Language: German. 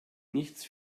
nichts